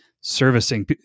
servicing